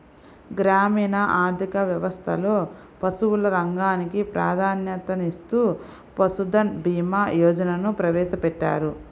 గ్రామీణ ఆర్థిక వ్యవస్థలో పశువుల రంగానికి ప్రాధాన్యతనిస్తూ పశుధన్ భీమా యోజనను ప్రవేశపెట్టారు